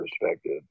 perspective